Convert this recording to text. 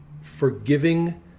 forgiving